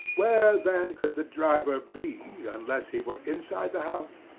where, then, could the driver be, unless he were inside the house?